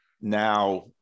now